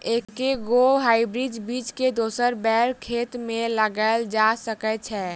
एके गो हाइब्रिड बीज केँ दोसर बेर खेत मे लगैल जा सकय छै?